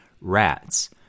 rats